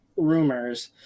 rumors